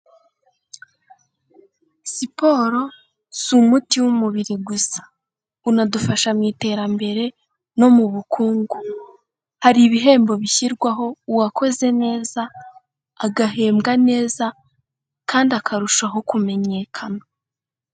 Siporo si umuti w'umubiri gusa, unadufasha mu iterambere no mu bukungu, hari ibihembo bishyirwaho uwakoze neza agahembwa neza kandi akarushaho kumenyekana.